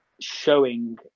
showing